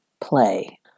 play